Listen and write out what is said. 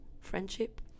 friendship